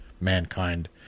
mankind